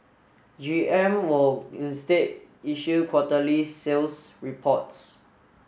G M will instead issue quarterly sales reports